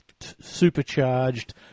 supercharged